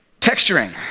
texturing